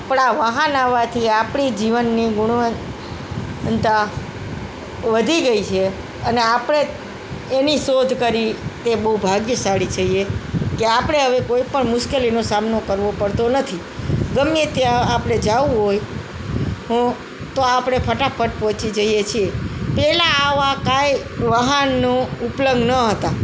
પણ આ વાહન આવવાથી આપણી જીવનની ગુણવત્તા વધી ગઈ છે અને આપણે એની શોધ કરી એ બહું ભાગ્યશાળી છીએ કે આપણે હવે કોઈ પણ મુશ્કેલીનો સામનો કરવો પડતો નથી ગમે ત્યાં આપણે જવું હોય હ તો આપણે ફટાફટ પહોંચી જઈએ છીએ પહેલા આવા ક્યાંય વાહનો ઉપલબ્ધ ન હતા